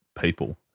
people